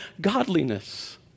godliness